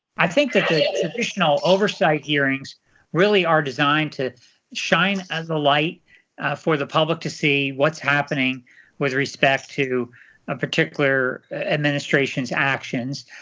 i think that the additional oversight hearings really are designed to shine a light for the public to see what's happening with respect to a particular administration's actions,